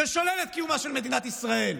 ששולל את קיומה של מדינת ישראל,